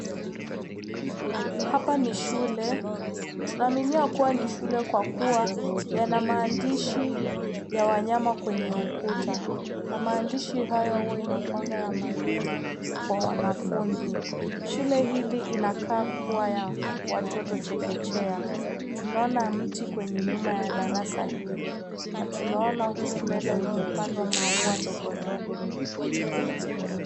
Hapa ni shule. Tunaaminia kuwa ni shule kwa kuwa yana maandishi ya wanyama kwenye ukuta. Na maandishi hayo huwa inakuanga ya maelezo Kwa wanafunzi. Shule hili inakaa kuwa ya watoto chekechea. Tunaona mti kwenye nyuma ya darasa hilo, na tunaona humo mbele zimepandwa maua ndogo ndogo.